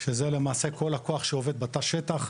שזה למעשה כל הכוח שעובד בתא השטח.